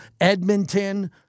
Edmonton